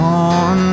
on